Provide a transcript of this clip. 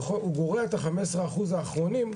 הוא גורע את ה-15 אחוז האחרונים.